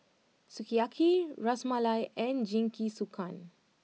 Sukiyaki Ras Malai and Jingisukan